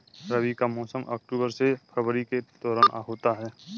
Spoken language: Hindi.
रबी का मौसम अक्टूबर से फरवरी के दौरान होता है